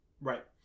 right